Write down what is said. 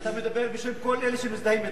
אז אתה מדבר בשם כל אלה שמזדהים אתך?